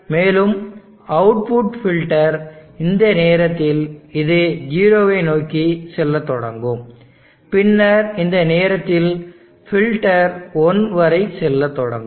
மேலும் output filter இந்த நேரத்தில் இது 0 ஐ நோக்கிச் செல்லத் தொடங்கும் பின்னர் இந்த நேரத்தில் ஃபில்டர் 1 வரை செல்லத் தொடங்கும்